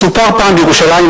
סופר פעם בירושלים,